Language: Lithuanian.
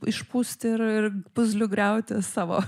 išpūsti ir ir puzlių nugriauti savo